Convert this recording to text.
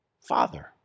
father